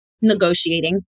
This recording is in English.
Negotiating